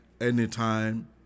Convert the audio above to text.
anytime